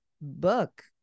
book